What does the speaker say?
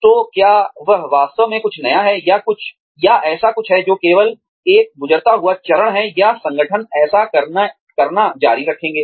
तो क्या यह वास्तव में कुछ नया है या ऐसा कुछ है जो केवल एक गुजरता हुआ चरण है या संगठन ऐसा करना जारी रखेंगे